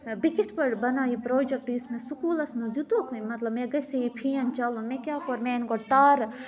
بہٕ کِتھٕ پٲٹھۍ بَناو یہِ پروجَیکٹہٕ یُس مےٚ سکوٗلَس منٛز دِتُکھ مطلب مےٚ گژھِ ہے یہِ فین چَلُن مےٚ کیٛاہ کوٚر مےٚ اَنہِ گۄڈٕ تارٕ